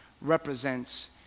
represents